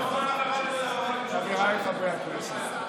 חבריי חברי הכנסת,